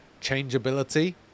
changeability